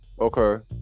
Okay